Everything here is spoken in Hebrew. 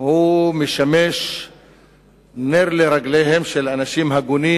הוא משמש נר לרגליהם של אנשים הגונים,